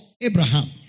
Abraham